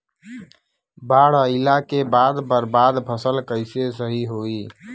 बाढ़ आइला के बाद बर्बाद फसल कैसे सही होयी?